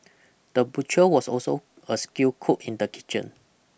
the butcher was also a skilled cook in the kitchen